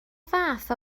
fath